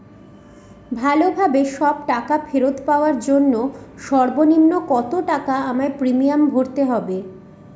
ভালোভাবে সব টাকা ফেরত পাওয়ার জন্য সর্বনিম্ন কতটাকা আমায় প্রিমিয়াম ভরতে হবে?